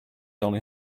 only